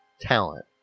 Talent